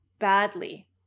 badly